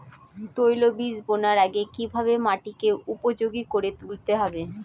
তৈলবীজ বোনার আগে কিভাবে মাটিকে উপযোগী করে তুলতে হবে?